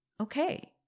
Okay